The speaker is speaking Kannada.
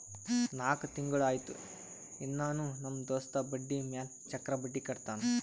ನಾಕ್ ತಿಂಗುಳ ಆಯ್ತು ಇನ್ನಾನೂ ನಮ್ ದೋಸ್ತ ಬಡ್ಡಿ ಮ್ಯಾಲ ಚಕ್ರ ಬಡ್ಡಿ ಕಟ್ಟತಾನ್